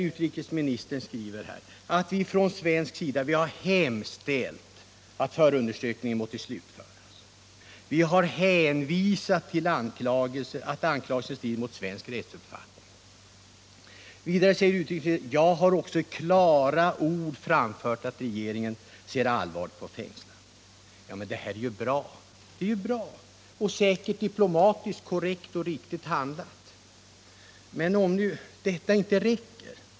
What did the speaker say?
Utrikesministern skriver i svaret att man från svensk sida har hemställt att förundersökningen snarast måtte slutföras, att man har hänvisat till att anklagelserna strider mot svensk rättsuppfattning och att utrikesministern själv i klara ordalag framfört att regeringen ser allvarligt på fängslandet. Ja, det är ju bra. Och det är säkert diplomatiskt korrekt och riktigt handlat. Men om nu detta inte räcker?